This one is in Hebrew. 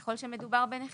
ככל שמדובר בנכה